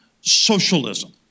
socialism